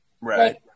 Right